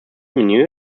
menu